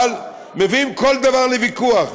אבל מביאים כל דבר לוויכוח,